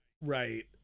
right